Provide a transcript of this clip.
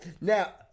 now